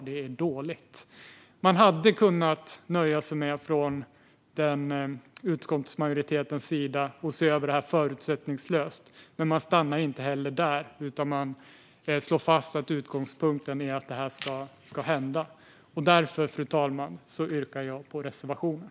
Det är dåligt. Utskottsmajoriteten hade kunnat nöja sig med att se över detta förutsättningslöst, men man stannar inte där utan slår fast att utgångspunkten är att det här ska hända. Därför, fru talman, yrkar jag bifall till reservationen.